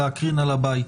ונצביע על זה בהמשך הדיון.